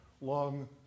long